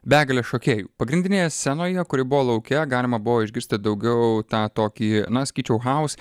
begalę šokėjų pagrindinėje scenoje kuri buvo lauke galima buvo išgirsti daugiau tą tokį na sakyčiau haus